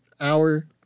hour